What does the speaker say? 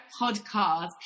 podcast